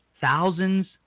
thousands